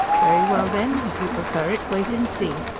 very well then, if you prefer it, wait and see!